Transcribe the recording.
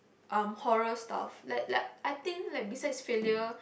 um horror stuff like like I think like besides failure